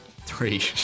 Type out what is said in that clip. three